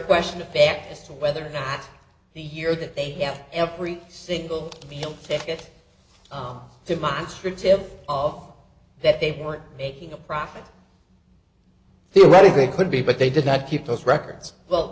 question of fact as to whether or not the year that they have every single meal ticket demonstrative of that they weren't making a profit theoretically it could be but they did not keep those records well